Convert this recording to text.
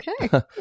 Okay